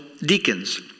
deacons